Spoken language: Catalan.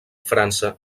frança